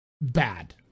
bad